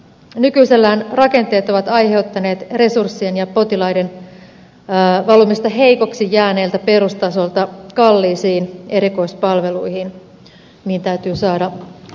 nykyisellään rakenteet ovat aiheuttaneet resurssien ja potilaiden valumista heikoksi jääneeltä perustasolta kalliisiin erikoispalveluihin mihin täytyy saada täyskäännös